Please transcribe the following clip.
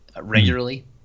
regularly